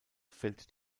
fällt